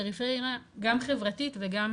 פריפריה גם חברתית וגם